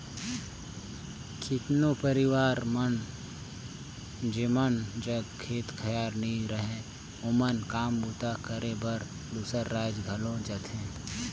केतनो परिवार मन जेमन जग खेत खाएर नी रहें ओमन काम बूता करे बर दूसर राएज घलो जाथें